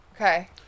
Okay